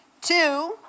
Two